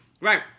Right